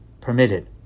permitted